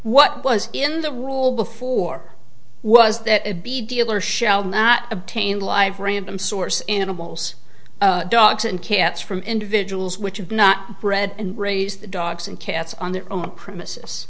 what was in the rule before was that it be dealer shall not obtain live random source animals dogs and cats from individuals which are not bred and raised the dogs and cats on their own premise